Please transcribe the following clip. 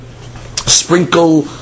Sprinkle